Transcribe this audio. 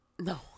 No